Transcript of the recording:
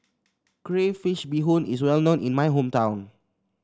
Crayfish Beehoon is well known in my hometown